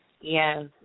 Yes